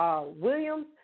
Williams